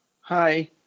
Hi